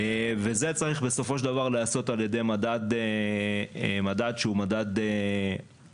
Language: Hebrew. וזה צריך בסופו של דבר להיעשות על ידי מדד שהוא מדד אובייקטיבי.